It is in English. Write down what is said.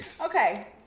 okay